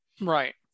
right